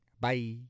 Bye